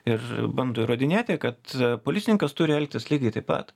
ir bando įrodinėti kad policininkas turi elgtis lygiai taip pat